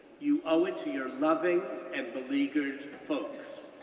you owe it to your loving and beleaguered folks,